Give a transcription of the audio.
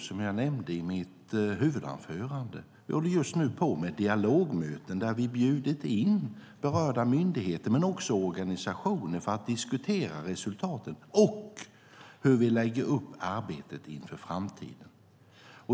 Som jag nämnde i mitt huvudanförande håller vi just nu på med dialogmöten där vi bjudit in berörda myndigheter och organisationer för att diskutera resultaten och hur vi ska lägga upp arbetet inför framtiden.